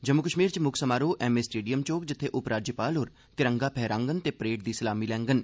जम्मू कश्मीर च मुक्ख समारोह एम ए स्टेडियम च होग जित्थे उपराज्यपाल होर तिरंगा फैहाइन ते परेड दी सलामी लैडन